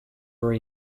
were